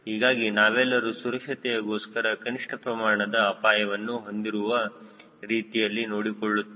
ಹೀಗಾಗಿ ನಾವೆಲ್ಲರೂ ಸುರಕ್ಷತೆಯ ಗೋಸ್ಕರ ಕನಿಷ್ಠ ಪ್ರಮಾಣದ ಅಪಾಯವನ್ನು ಹೊಂದಿರುವ ರೀತಿಯಲ್ಲಿ ನೋಡಿಕೊಳ್ಳುತ್ತೇವೆ